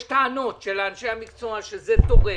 יש טענות של אנשי המקצוע שזה תורם,